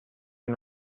and